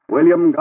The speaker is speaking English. William